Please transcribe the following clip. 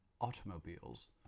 automobiles